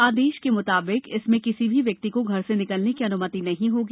आदेश के मुताबिक इसमें किसी भी व्यक्ति को घर से निकलने की अनुमति नहीं होगी